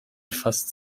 fast